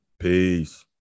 Peace